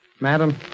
Madam